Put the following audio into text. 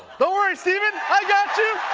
don't worry, stephen, i got you!